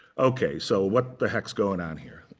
ok, so what the heck's going on here?